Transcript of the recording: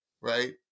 Right